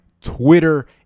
Twitter